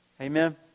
Amen